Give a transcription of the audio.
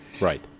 Right